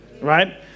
Right